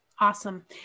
Awesome